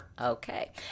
okay